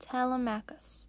Telemachus